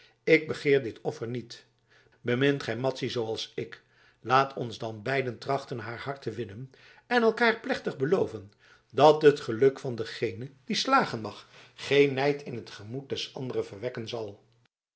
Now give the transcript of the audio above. ik begeer dit offer niet bemint gij madzy zooals ik laat ons dan beiden trachten haar hart te winnen en elkaar plechtig beloven dat het geluk van dengene die slagen mag geen nijd in het gemoed des anderen verwekken zal